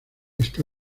está